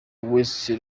wesley